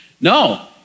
no